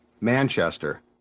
Manchester